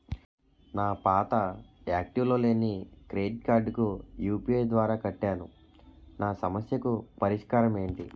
నా పాత యాక్టివ్ లో లేని క్రెడిట్ కార్డుకు యు.పి.ఐ ద్వారా కట్టాను నా సమస్యకు పరిష్కారం ఎంటి?